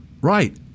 Right